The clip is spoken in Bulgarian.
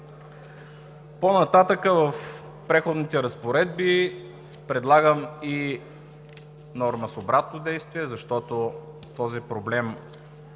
По-нататък в Преходните разпоредби предлагам и норма с обратно действие, защото този проблем е